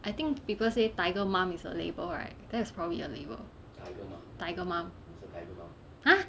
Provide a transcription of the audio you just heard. I think people say tiger mum is a label right that's probably a label tiger mum !huh!